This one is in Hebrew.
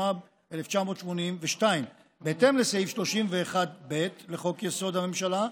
התשמ"ב 1982. בהתאם לסעיף 31(ב) לחוק-יסוד: הממשלה,